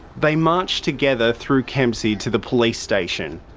they marched together through kempsey to the police station,